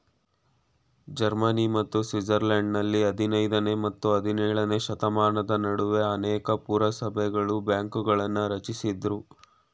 Germany ಮತ್ತು ಸ್ವಿಟ್ಜರ್ಲೆಂಡ್ನಲ್ಲಿ ಹದಿನೈದನೇ ಮತ್ತು ಹದಿನೇಳನೇಶತಮಾನದ ನಡುವೆ ಅನೇಕ ಪುರಸಭೆಗಳು ಬ್ಯಾಂಕ್ಗಳನ್ನ ರಚಿಸಿದ್ರು